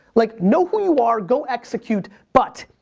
like, know who you are, go execute, but,